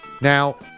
Now